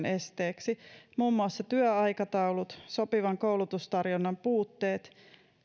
esteiksi muun muassa työaikataulut sopivan koulutustarjonnan puutteet